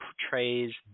portrays